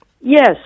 Yes